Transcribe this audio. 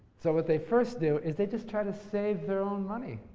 so, what they first do is they just try to save their own money.